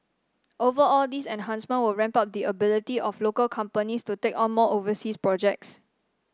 overall these enhancements will ramp up the ability of local companies to take on more overseas projects